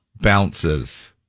bounces